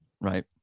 right